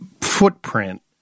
footprint